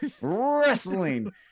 wrestling